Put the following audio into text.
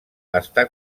està